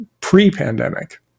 pre-pandemic